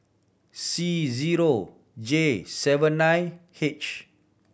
C zero J seven nine H